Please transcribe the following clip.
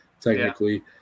technically